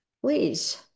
Please